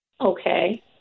Okay